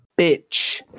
Bitch